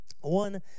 One